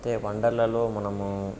తే వండర్లాలో మనము